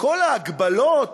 כל ההגבלות